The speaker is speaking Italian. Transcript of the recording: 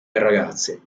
ragazzi